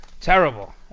Terrible